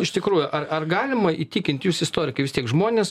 iš tikrųjų ar ar galima įtikint jūs istorikai jūs tik žmonės